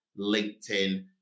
LinkedIn